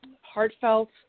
heartfelt